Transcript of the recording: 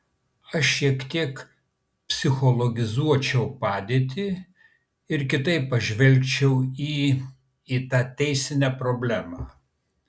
aš šiek tiek psichologizuočiau padėtį ir kitaip pažvelgčiau į į tą teisinę problemą